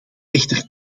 echter